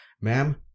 ma'am